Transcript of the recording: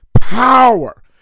power